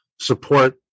support